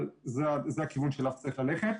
אבל זה הכיוון שאליו צריך ללכת.